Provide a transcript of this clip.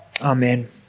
Amen